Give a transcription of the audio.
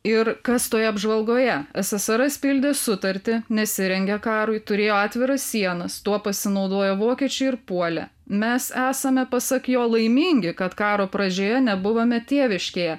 ir kas toje apžvalgoje ssrs pildė sutartį nesirengė karui turėjo atviras sienas tuo pasinaudojo vokiečiai ir puolė mes esame pasak jo laimingi kad karo pradžioje nebuvome tėviškėje